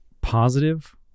positive